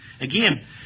Again